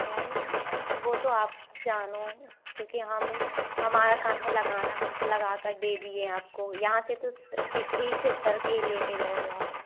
ma'am अब वो तो आप जानो क्योंकि हम हमारा काम है लगाना हम तो लगा कर दे दिए आपको यहाँ से तो ठीक ही कर के ही लेके गए हो आप